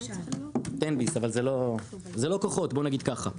יש 'תן ביס', אבל זה לא כוחות, בוא נגיד ככה.